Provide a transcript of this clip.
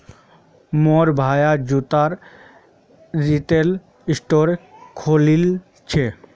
मोर भाया जूतार रिटेल स्टोर खोलील छ